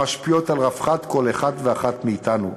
המשפיע על רווחת כל אחד ואחת מאתנו.